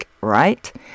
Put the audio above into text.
right